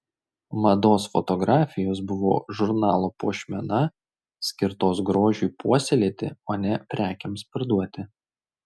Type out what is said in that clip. mados fotografijos buvo žurnalo puošmena skirtos grožiui puoselėti o ne prekėms parduoti